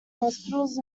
hospitals